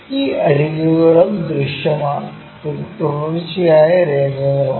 ഈ അരികുകളും ദൃശ്യമാണ് ഇത് തുടർച്ചയായ രേഖകളാണ്